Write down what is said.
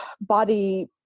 Body